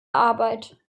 arbeit